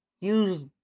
Use